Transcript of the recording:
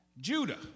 Judah